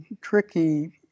tricky